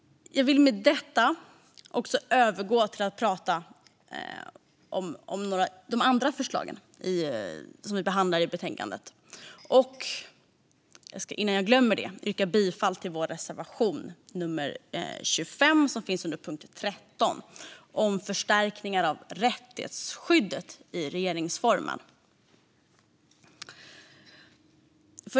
Jag vill övergå till att tala om de andra förslagen som vi behandlar i betänkandet. Innan jag glömmer det ska jag yrka bifall till vår reservation nummer 25 som finns under punkt 13 om förstärkningar av rättighetsskyddet i regeringsformen.